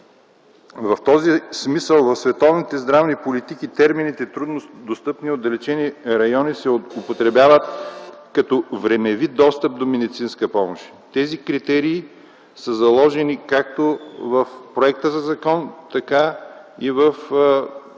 В този смисъл в световните здравни политики термините „труднодостъпни” и „отдалечени райони” се употребяват като времеви достъп до медицинска помощ. Тези критерии са заложени както в законопроекта, така и в болничния